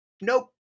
nope